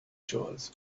chores